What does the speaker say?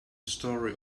story